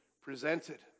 presented